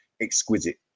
exquisite